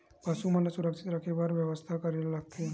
पशु मन ल सुरक्षित रखे बर का बेवस्था करेला लगथे?